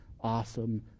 awesome